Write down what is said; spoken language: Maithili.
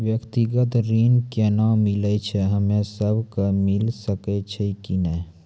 व्यक्तिगत ऋण केना मिलै छै, हम्मे सब कऽ मिल सकै छै कि नै?